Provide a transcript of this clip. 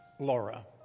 Laura